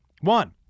One